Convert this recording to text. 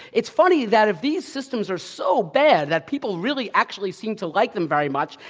it's funny that if these systems are so bad that people really actually seem to like them very much,